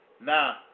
Now